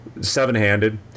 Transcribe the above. seven-handed